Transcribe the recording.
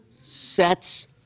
sets